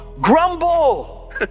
grumble